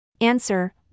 Answer